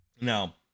Now